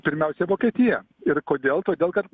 pirmiausia vokietija ir kodėl todėl kad